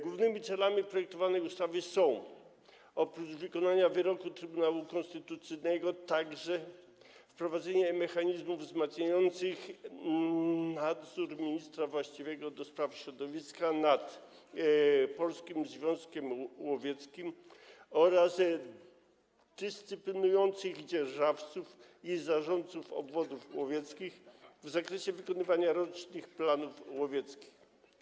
Głównym celem projektowanej ustawy jest, oprócz wykonania wyroku Trybunału Konstytucyjnego, wprowadzenie mechanizmów wzmacniających nadzór ministra właściwego do spraw środowiska nad Polskim Związkiem Łowieckim oraz dyscyplinujących dzierżawców i zarządców obwodów łowieckich w zakresie wykonywania rocznych planów łowieckich.